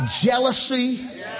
jealousy